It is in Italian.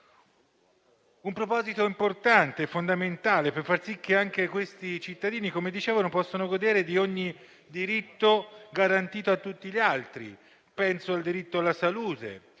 un proposito importante e fondamentale per far sì che anche questi cittadini possano godere di ogni diritto garantito a tutti gli altri. Penso ai diritti alla salute,